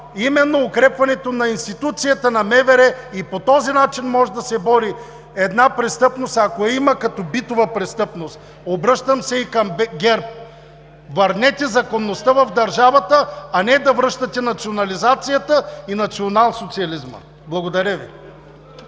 именно укрепването на институцията на МВР, и по този начин може да се бори една престъпност, ако я има като битова престъпност. Обръщам се и към ГЕРБ – върнете законността в държавата, а не да връщате национализацията и националсоциализма. Благодаря Ви.